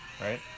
right